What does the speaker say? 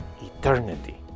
Eternity